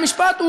המשפט,